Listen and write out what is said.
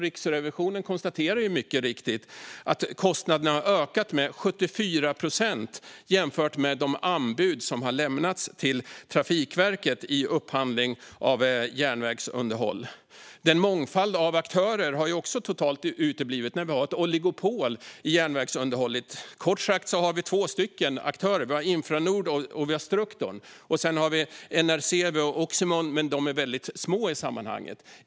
Riksrevisionen konstaterar mycket riktigt att kostnaderna har ökat med 74 procent jämfört med de anbud som har lämnats till Trafikverket i upphandling av järnvägsunderhåll. Mångfalden av aktörer har också totalt uteblivit när vi har ett oligopol i järnvägsunderhållet. Kort sagt är det två aktörer: Infranord och Strukton. Sedan är det NRC och Omexom, men de är väldigt små i sammanhanget.